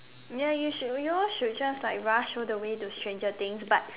ya you should we all should just like rush all the way to Stranger Things but